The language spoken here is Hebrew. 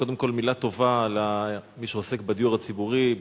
קודם כול מלה טובה למי שעוסק בדיור הציבורי.